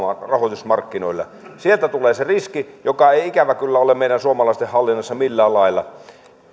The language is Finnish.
rahoitusmarkkinoille sieltä tulee se riski joka ei ikävä kyllä ole meidän suomalaisten hallinnassa millään lailla